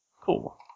Cool